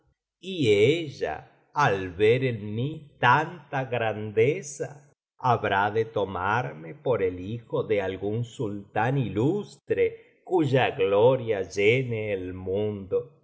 y ella al ver en mi tanta grandeza habrá de tomarme por el hijo de algún sultán ilustre cuya gloria llene el mundo